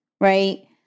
right